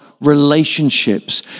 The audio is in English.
relationships